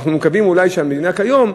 אנחנו מקווים שאולי המדינה כיום,